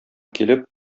килеп